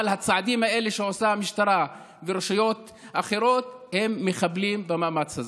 אבל הצעדים האלה שעושות המשטרה ורשויות אחרות מחבלים במאמץ הזה.